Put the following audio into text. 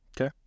Okay